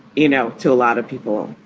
you know, to a lot of people.